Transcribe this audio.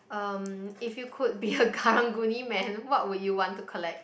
um if you could be a Karang-Guni man what would you want to collect